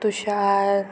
तुषार